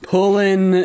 Pulling